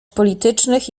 politycznych